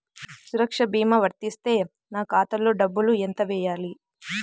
సురక్ష భీమా వర్తిస్తే నా ఖాతాలో డబ్బులు ఎంత వేయాలి?